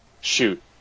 shoot